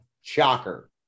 Shocker